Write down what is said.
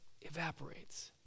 evaporates